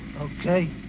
Okay